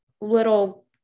little